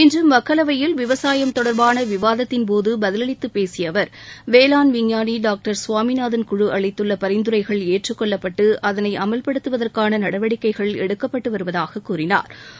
இன்று மக்களவையில் விவசாயம் தொடர்பான விவாதத்தின்போது பதிலளித்த அவர் வேளாண் விஞ்ஞானி சுவாமிநாதன் குழு அளித்துள்ள பரிந்துரைகள் ஏற்றுக் கொள்ளப்பட்டு அதனை அமல்படுத்துவதற்கான நடவடிக்கைகள் எடுக்கப்பட்டு வருவதாகக் கூறினாா்